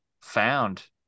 found